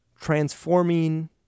transforming